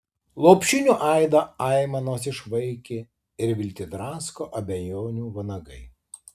lopšinių aidą aimanos išvaikė ir viltį drasko abejonių vanagai